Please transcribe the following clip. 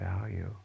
value